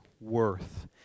worth